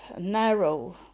narrow